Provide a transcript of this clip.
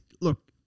look